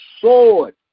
sword